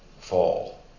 fall